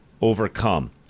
overcome